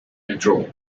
intro